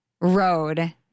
road